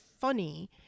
funny